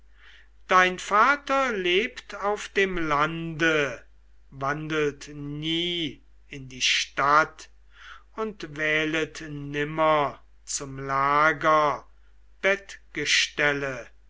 dein vater lebt auf dem lande wandelt nie in die stadt und wählet nimmer zum lager